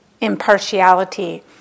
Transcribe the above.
impartiality